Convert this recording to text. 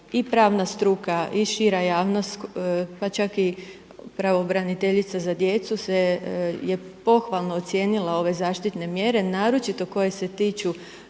i pravna struka i šira javnost pa čak i pravobraniteljica za djecu je pohvalno ocijenila ove zaštite mjere naročito koje se tiču